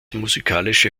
musikalische